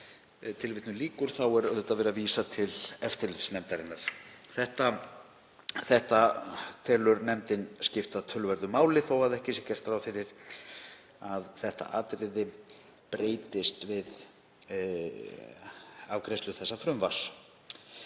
nefndarinnar.“ — Þá er auðvitað verið að vísa til eftirlitsnefndarinnar. Þetta telur nefndin skipta töluverðu máli þó að ekki sé gert ráð fyrir að þetta atriði breytist við afgreiðslu þessa frumvarps.